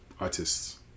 Artists